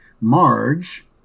Marge